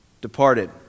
departed